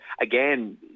again